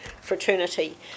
fraternity